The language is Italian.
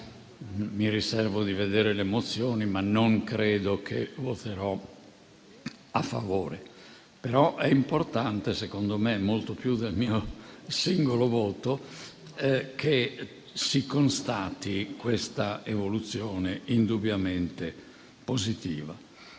mi riservo di leggere le mozioni, ma non credo che voterò a favore. Però, è importante - secondo me - molto più del mio singolo voto, che si constati questa evoluzione indubbiamente positiva.